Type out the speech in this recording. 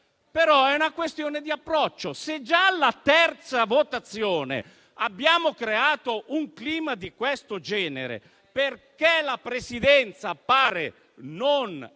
È una questione di approccio: se già alla terza votazione abbiamo creato un clima di questo genere, perché la Presidenza appare non